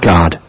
God